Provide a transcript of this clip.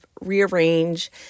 rearrange